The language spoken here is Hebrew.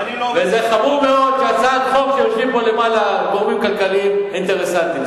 וזה חמור מאוד שבהצעת חוק יושבים פה למעלה גורמים כלכליים אינטרסנטיים.